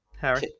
Harry